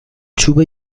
چوب